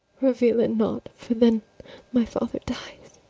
reveal it not for then my father dies.